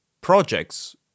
projects